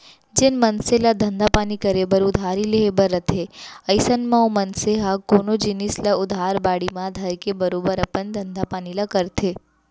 जेन मनसे ल धंधा पानी करे बर उधारी लेहे बर रथे अइसन म ओ मनसे ह कोनो जिनिस ल उधार बाड़ी म धरके बरोबर अपन धंधा पानी ल करथे